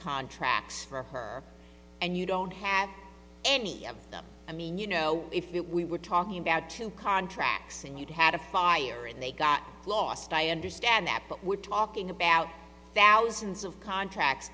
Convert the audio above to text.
contracts for her and you don't have any of them i mean you know if it we were talking about two contracts and you've had a fire and they got lost i understand that but we're talking about thousands of contracts